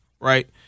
right